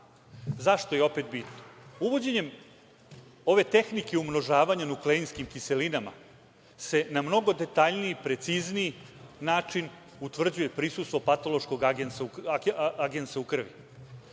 Zašto je ovo bitno? Uvođenjem ove tehnike umnožavanja nukleinskim kiselinama se na mnogo detaljniji i precizniji način utvrđuje prisustvo patološkog agensa u krvi.